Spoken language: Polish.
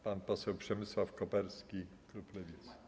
Pan poseł Przemysław Koperski, klub Lewicy.